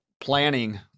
planning